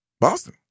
Boston